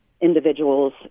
individuals